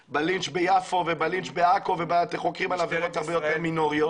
ובלינץ' ביפו ובעכו חוקרים על עבירות הרבה יותר מינוריות?